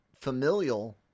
familial